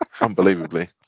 Unbelievably